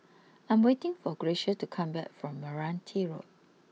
I am waiting for Gracia to come back from Meranti Road